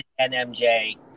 NMJ